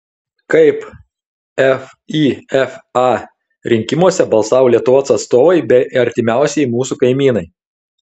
kaip fifa rinkimuose balsavo lietuvos atstovai bei artimiausieji mūsų kaimynai